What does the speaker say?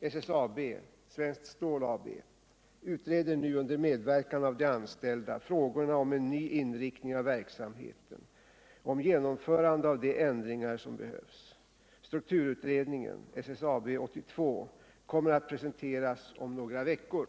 SSAB — Svenskt Stål AB — utreder nu under medverkan av de anställda frågorna om en ny inriktning av verksamheten och om genomförande av de ändringar som behövs. Strukturutredningen, SSAB 82, kommer att presenteras om några veckor.